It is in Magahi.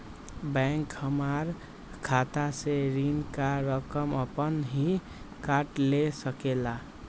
बैंक हमार खाता से ऋण का रकम अपन हीं काट ले सकेला?